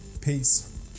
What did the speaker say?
Peace